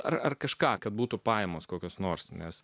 ar kažką kad būtų pajamos kokios nors nes